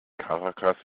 caracas